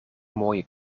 mooie